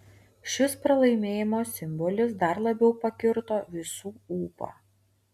šis pralaimėjimo simbolis dar labiau pakirto visų ūpą